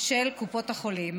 של קופות החולים.